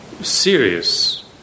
serious